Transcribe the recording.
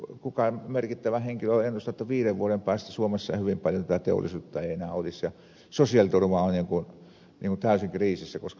siellä joku merkittävä henkilö on ennustanut että viiden vuoden päästä suomessa ei hyvin paljon teollisuutta enää olisi ja sosiaaliturva on täysin kriisissä koska maksajia ei ole